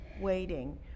waiting